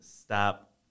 stop